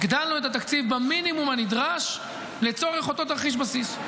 והגדלנו את התקציב במינימום הנדרש לצורך אותו תרחיש בסיס.